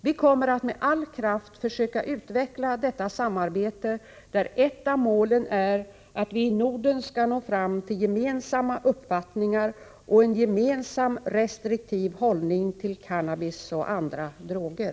Vi kommer att med all kraft försöka utveckla detta samarbete, där ett av målen är att vi i Norden skall nå fram till gemensamma uppfattningar och en gemensam, restriktiv hållning till cannabis och andra droger.